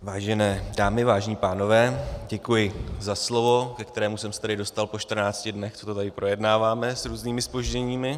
Vážené dámy, vážení pánové, děkuji za slovo, ke kterému jsem se tady dostal po 14 dnech, co to tady projednáváme s různými zpožděními.